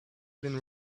been